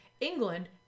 England